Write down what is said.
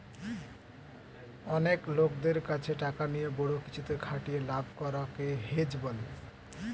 অনেক লোকদের কাছে টাকা নিয়ে বড়ো কিছুতে খাটিয়ে লাভ করা কে হেজ বলে